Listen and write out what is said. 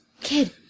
Kid